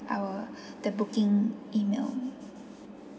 our the booking email